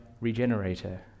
Regenerator